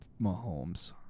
Mahomes